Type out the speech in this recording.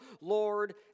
Lord